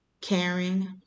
caring